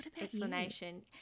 explanation